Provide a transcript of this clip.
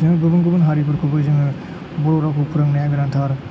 जोङो गुबुन गुबुन हारिफोरखौबो जोङो बर' रावखौ फोरोंनाया गोनांथार